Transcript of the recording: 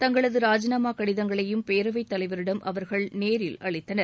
தங்களது ராஜினாமா கடிதங்களையும் பேரவைத் தலைவரிடம் அவர்கள் நேரில் அளித்தனர்